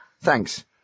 Thanks